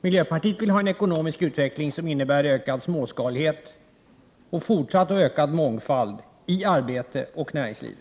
Miljöpartiet vill ha en ekonomisk utveckling som innebär ökad småskalighet och fortsatt och ökad mångfald när det gäller arbete och näringsliv.